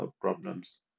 problems